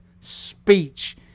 speech